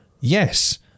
Yes